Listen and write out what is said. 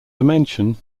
dimension